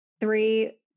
Three